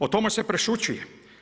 O tome se prešućuje.